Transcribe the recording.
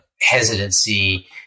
hesitancy